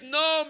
no